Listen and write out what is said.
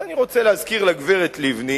אז אני רוצה להזכיר לגברת לבני